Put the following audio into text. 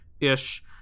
ish